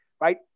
right